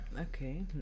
Okay